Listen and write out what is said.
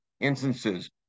instances